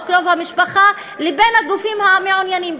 קרוב המשפחה לבין הגופים המעוניינים,